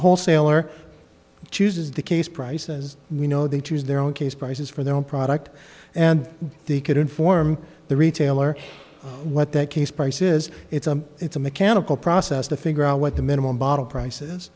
wholesaler chooses the case prices you know they choose their own case prices for their own product and they could inform the retailer what that case price is it's a it's a mechanical process to figure out what the minimum bottle prices